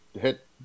hit